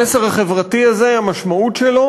המסר החברתי הזה, המשמעות שלו